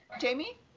Jamie